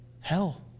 Hell